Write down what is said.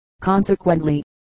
consequently